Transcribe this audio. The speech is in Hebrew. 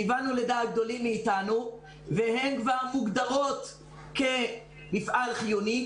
כיוונו לדעת גדולים מאיתנו והן כבר מוגדרות כמפעל חיוני,